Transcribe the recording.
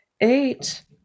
eight